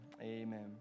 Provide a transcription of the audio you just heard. Amen